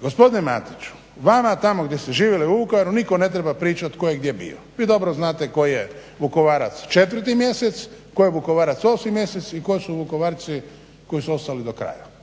Gospodine Matiću, vama tamo gdje ste živjeli u Vukovaru nitko ne treba pričati tko je gdje je bio. Vi dobro znate koji je vukovarac četvrti mjesec, koji je vukovarac osmi mjesec i koji su vukovarci koji su ostali do kraja,